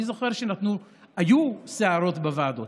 אני זוכר שהיו סערות בוועדות,